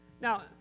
Now